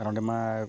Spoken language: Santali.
ᱟᱨ ᱚᱸᱰᱮᱢᱟ